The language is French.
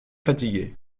fatigué